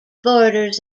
borders